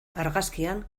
argazkian